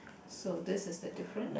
so this is the difference